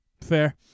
Fair